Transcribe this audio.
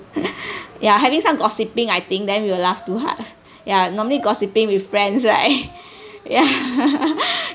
ya having some gossiping I think then we will laugh too hard ya normally gossiping with friends right ya